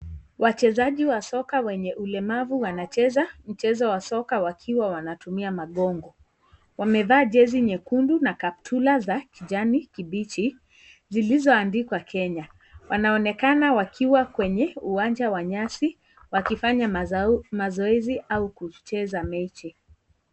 Wachezaji wa soko wenye ulemavu, wanacheza mchezo wa soka wakiwa wanatumia magongo. Wamevaa jezi nyekundu na kaptura za kijani kibichi, zilizoandikwa Kenya. Wanaonekana wakiwa kwenye uwanja wa nyasi wakifanya mazoezi au kucheza mechi.